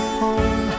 home